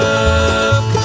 up